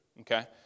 okay